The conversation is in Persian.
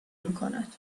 میکند